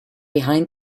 behind